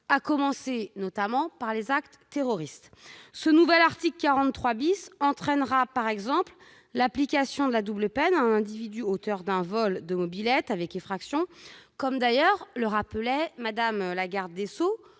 à commencer par les actes terroristes. Ce nouvel article 43 entraînera, par exemple, l'application de la double peine à un individu auteur d'un vol de mobylette avec effraction, comme le rappelait Mme la garde des sceaux